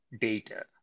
data